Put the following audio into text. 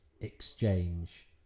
exchange